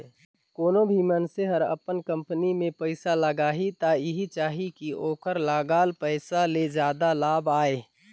कोनों भी मइनसे हर अपन कंपनी में पइसा लगाही त एहि चाहही कि ओखर लगाल पइसा ले जादा लाभ आये